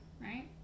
right